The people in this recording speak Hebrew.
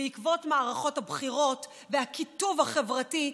בעקבות מערכות הבחירות והקיטוב החברתי,